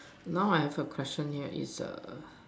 now I have a question here is err